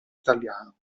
italiano